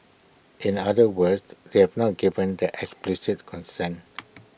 in other words they have not given their explicit consent